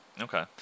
Okay